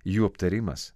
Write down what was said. jų aptarimas